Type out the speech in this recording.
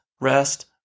rest